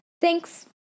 Thanks